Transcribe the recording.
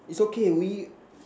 it's okay we